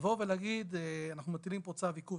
לבוא ולהגיד אנחנו מטילים פה צו עיכוב